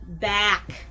back